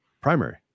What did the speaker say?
primary